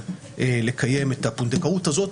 שניתן לקיים את הפונדקאות הזאת,